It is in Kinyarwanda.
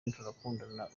turakundana